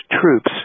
troops